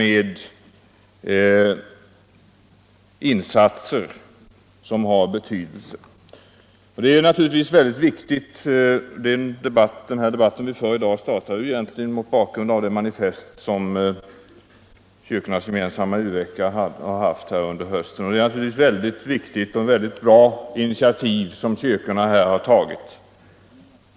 Vi måste gå före med insatser som har verklig betydelse. Denna debatt fick bl.a. stöd av det manifest som kyrkornas gemensamma u-vecka antog under hösten. Det är ett viktigt och bra initiativ kyrkorna här tagit.